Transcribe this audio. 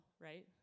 right